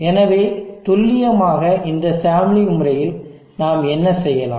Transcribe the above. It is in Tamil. எனவே துல்லியமாக இந்த சாம்ப்லிங்க் முறையில் நாம் என்ன செய்யலாம்